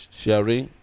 sharing